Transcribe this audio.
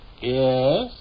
Yes